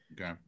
Okay